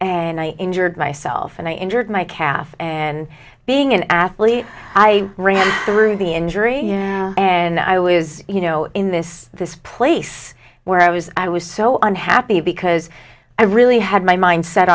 and i injured myself and i injured my calf and being an athlete i ran through the injury and i was you know in this this place where i was i was so unhappy because i really had my mind set